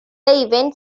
event